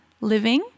living